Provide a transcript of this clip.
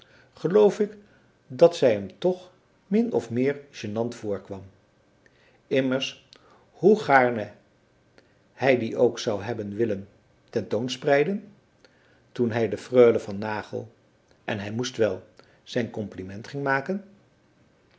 geloof ik dat zij hem toch min of meer gênant voorkwam immers hoe gaarne hij die ook zou hebben willen ten toon spreiden toen hij de freule van nagel en hij moest wel zijn compliment ging maken